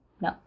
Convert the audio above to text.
no